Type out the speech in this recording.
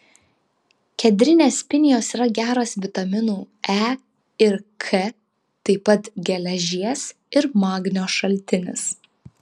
kedrinės pinijos yra geras vitaminų e ir k taip pat geležies ir magnio šaltinis